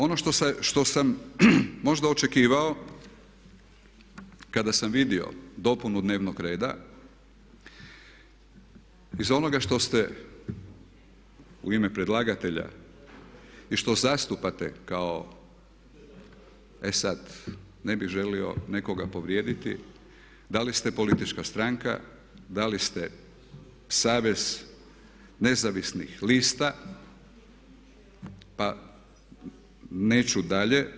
Nadalje, ono što sam možda očekivao kada sam vidio dopunu dnevnoga reda iz onoga što ste u ime predlagatelja i što zastupate kao e sad ne bih želio nekoga povrijediti da li ste politička stranka, da li ste Savez nezavisnih lista pa neću dalje.